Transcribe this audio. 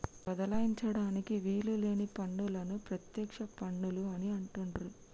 బదలాయించడానికి వీలు లేని పన్నులను ప్రత్యక్ష పన్నులు అని అంటుండ్రు